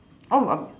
oh I